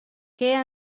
què